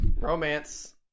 Romance